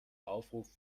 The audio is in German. aufruf